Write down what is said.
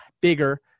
bigger